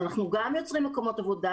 אנחנו גם יוצרים מקומות עבודה,